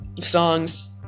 songs